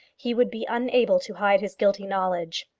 he would be unable to hide his guilty knowledge.